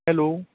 hello